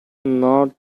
not